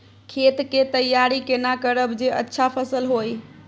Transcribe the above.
खेत के तैयारी केना करब जे अच्छा फसल होय?